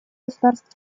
государств